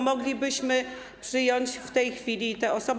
Moglibyśmy przyjąć w tej chwili te osoby.